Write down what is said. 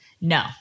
No